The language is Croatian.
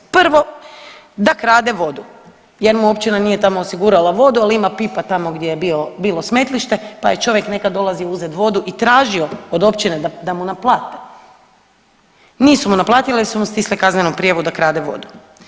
Prvo da krade vodu jer mu općina nije tamo osigurala vodu, ali ima pipa tamo gdje je bilo smetlište pa je čovjek nekad dolazio uzet vodu i tražio od općine da mu naplate, nisu mu naplatili jer su mu stisle kaznenom prijavom da krade vodu.